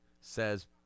says